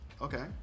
Okay